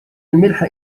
الملح